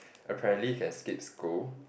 apparently you can skip school